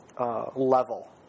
Level